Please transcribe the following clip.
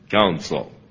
council